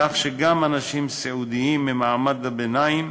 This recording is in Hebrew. כך שגם אנשים סיעודיים ממעמד הביניים